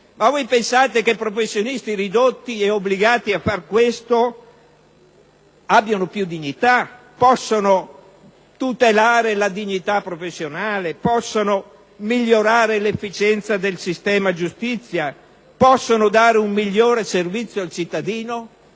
professione - che professionisti ridotti ed obbligati a fare questo abbiano più dignità, possano tutelare la dignità professionale, migliorare l'efficienza del sistema giustizia, possano dare un miglior servizio al cittadino?